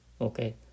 Okay